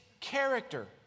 character